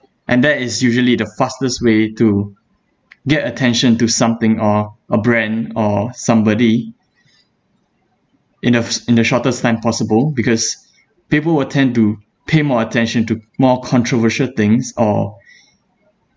and that is usually the fastest way to get attention to something or a brand or somebody in the s~ in the shortest time possible because people will tend to pay more attention to more controversial things or